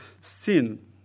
sin